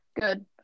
Good